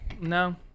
No